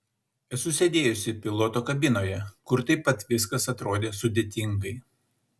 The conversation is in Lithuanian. esu sėdėjusi piloto kabinoje kur taip pat viskas atrodė sudėtingai